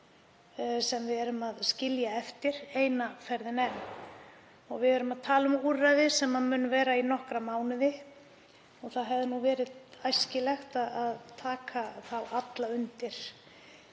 sem við skiljum eftir eina ferðina enn. Við erum að tala um úrræði sem mun vera í nokkra mánuði og það hefði verið æskilegt að taka alla undir.